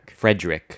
Frederick